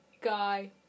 Guy